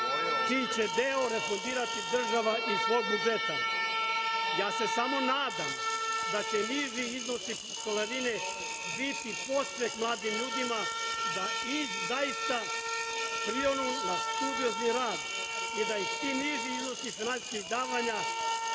čiji će deo refundirati država iz svog budžeta. Samo se nadam da će niži iznosi školarine biti podstrek mladim ljudima da zaista prionu na studiozni rad i da ih ti iznosi finansijskih davanja